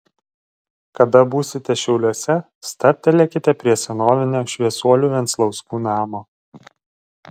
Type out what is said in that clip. kada būsite šiauliuose stabtelėkite prie senovinio šviesuolių venclauskų namo